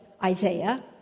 Isaiah